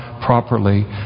properly